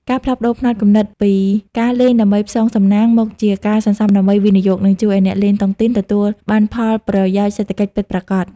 ការផ្លាស់ប្តូរផ្នត់គំនិតពី "ការលេងដើម្បីផ្សងសំណាង" មកជា "ការសន្សំដើម្បីវិនិយោគ" នឹងជួយឱ្យអ្នកលេងតុងទីនទទួលបានផលប្រយោជន៍សេដ្ឋកិច្ចពិតប្រាកដ។